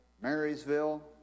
Marysville